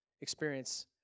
experience